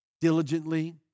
diligently